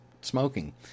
smoking